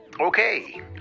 Okay